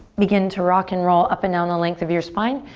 begin to rock and roll up and down the length of your spine.